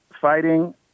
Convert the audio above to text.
fighting